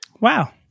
Wow